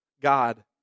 God